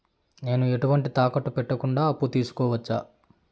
నేను ఎటువంటి తాకట్టు పెట్టకుండా అప్పు తీసుకోవచ్చా?